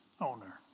owner